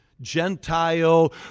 Gentile